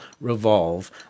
revolve